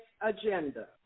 agenda